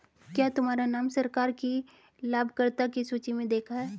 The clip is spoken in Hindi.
क्या तुम्हारा नाम सरकार की लाभकर्ता की सूचि में देखा है